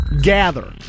gather